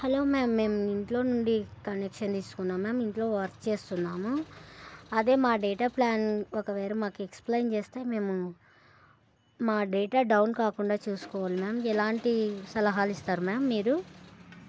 hello ma'am మేము ఇంట్లో నుండి కనెక్షన్ తీసుకున్నాము మ్యామ్ ఇంట్లో వర్క్ చేస్తున్నాము అదే మా డేటా ప్లాన్ ఒకవేళ మాకు ఎక్స్ప్లెయిన్ చేస్తే మేము మా డేటా డౌన్ కాకుండా చూసుకోవాలి మ్యామ్ ఎలాంటి సలహాలు ఇస్తారు మ్యామ్ మీరు